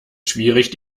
schwierig